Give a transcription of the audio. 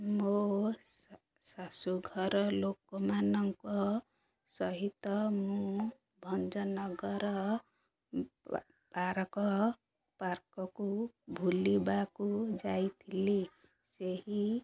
ମୋ ଶାଶୁଘର ଲୋକମାନଙ୍କ ସହିତ ମୁଁ ଭଞ୍ଜନଗର ପାରକ ପାର୍କକୁ ଭୁଲିବାକୁ ଯାଇଥିଲି ସେହି